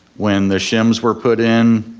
when the shims were put in,